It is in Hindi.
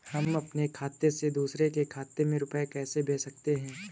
हम अपने खाते से दूसरे के खाते में रुपये कैसे भेज सकते हैं?